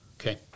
Okay